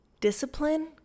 discipline